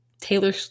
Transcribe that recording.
Taylor